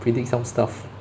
predict some stuff